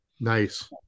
Nice